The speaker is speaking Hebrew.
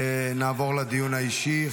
נעבור לדיון האישי.